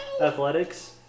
Athletics